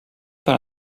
par